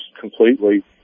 completely